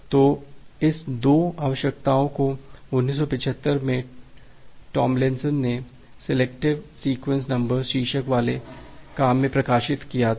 तो इस 2 आवश्यकता को 1975 में टॉमलिंसन ने सिलेक्टिंग सीक्वेंस नंबर्स शीर्षक वाले काम में प्रकाशित किया था